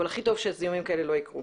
אבל הכי טוב שזיהומים כאלה לא יקרו.